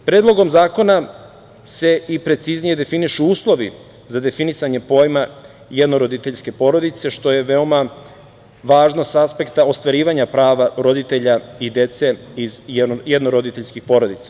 Predlogom zakona se i preciznije definišu uslovi za definisanje pojma jednoroditeljske porodice, što je veoma važno sa aspekta ostvarivanja prava roditelja i dece iz jednoroditeljskih porodica.